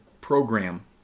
program